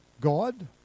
God